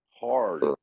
hard